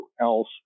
else